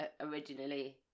originally